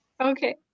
Okay